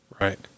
Right